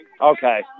Okay